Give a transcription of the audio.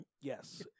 Yes